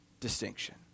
distinction